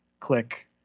click